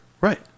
Right